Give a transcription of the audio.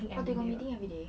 oh they got meeting every day